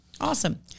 Awesome